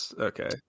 Okay